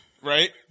Right